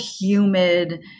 humid